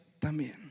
también